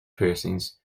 piercings